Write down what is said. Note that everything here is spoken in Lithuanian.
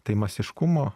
tai masiškumo